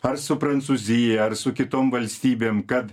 ar su prancūzija ar su kitom valstybėm kad